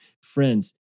Friends